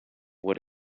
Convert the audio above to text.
what